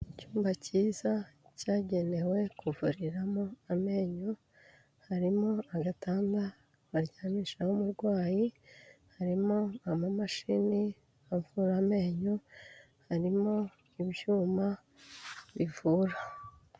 Icyumba cyiza cyagenewe kuvuriramo amenyo harimo agatanda baryamishamo umurwayi, harimo amamashini avura amenyo, harimo ibyuma bivura.